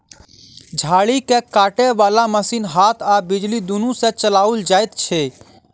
झाड़ी के काटय बाला मशीन हाथ आ बिजली दुनू सँ चलाओल जाइत छै